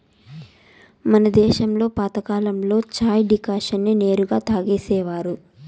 మన దేశంలో పాతకాలంలో చాయ్ డికాషన్ నే నేరుగా తాగేసేవారు